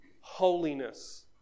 holiness